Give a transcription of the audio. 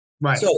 Right